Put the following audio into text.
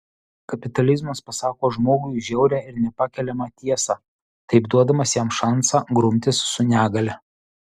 kapitalizmas pasako žmogui žiaurią ir nepakeliamą tiesą taip duodamas jam šansą grumtis su negalia